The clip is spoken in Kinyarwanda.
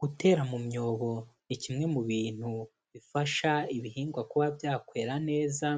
Gutera mu myobo ni kimwe mu bintu bifasha ibihingwa kuba byakwera neza